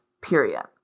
period